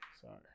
sorry